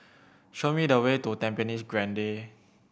show me the way to Tampines Grande